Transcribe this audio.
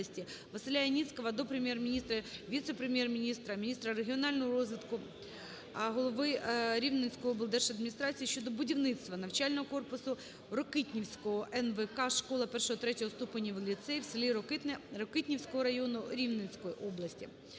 Василя Яніцького до Прем'єр-міністра, Віце-прем'єр-міністра - Міністра регіонального розвитку, голови Рівненської облдержадміністрації щодо будівництва навчального корпусу Рокитнівського НВК "Школа І-ІІІ ступенів - ліцей" в селі Рокитне Рокитнівського району Рівненської області.